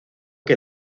que